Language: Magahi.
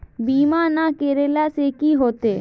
बीमा ना करेला से की होते?